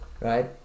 right